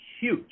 huge